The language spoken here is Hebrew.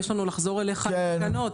יש לנו לחזור אליך לתקנות,